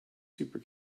super